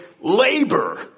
labor